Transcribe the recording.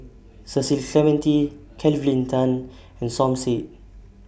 Cecil Clementi Kelvin Tan and Som Said